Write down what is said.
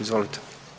Izvolite.